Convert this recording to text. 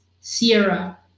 Sierra